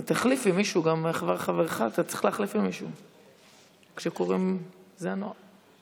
חברות וחברי הכנסת, אנחנו פה בעוד סצנה מתיאטרון